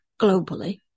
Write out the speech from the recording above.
globally